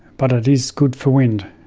but it is good for wind.